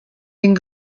den